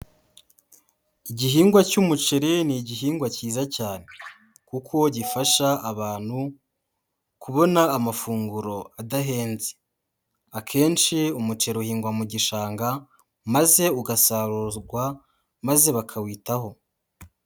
Igihingwa cy'umuceri ni igihingwa cyiza cyane, kuko gifasha abantu kubona amafunguro adahenze, akenshi umuceri uhingwa mu gishanga maze ugasarurwa maze bakawitaho.